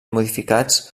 modificats